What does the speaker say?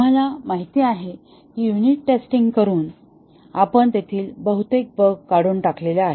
आम्हाला माहित आहे की युनिट टेस्टिंग करून आपण तेथील बहुतेक बग काढून टाकले आहेत